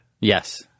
Yes